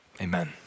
amen